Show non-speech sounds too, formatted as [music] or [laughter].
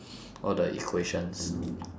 [breath] all the equations